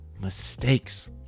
mistakes